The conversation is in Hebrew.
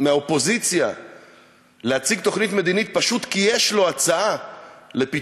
מהאופוזיציה להציג תוכנית מדינית פשוט כי יש לו הצעה לפתרון,